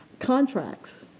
contracts,